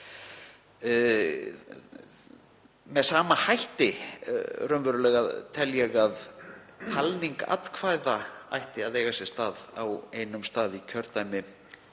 Með sama hætti tel ég að talning atkvæða ætti að eiga sér stað á einum stað í kjördæmi